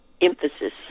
emphasis